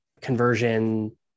conversion